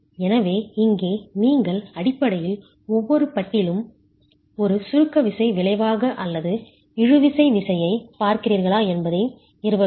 எனவே இங்கே நீங்கள் அடிப்படையில் ஒவ்வொரு பட்டியிலும் ஒரு சுருக்க விசை விளைவாக அல்லது இழுவிசை விசையை பார்க்கிறீர்களா என்பதை நிறுவ வேண்டும்